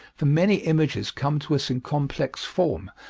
for many images come to us in complex form,